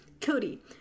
Cody